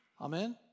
Amen